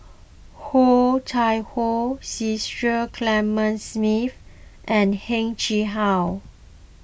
Oh Chai Hoo Cecil Clementi Smith and Heng Chee How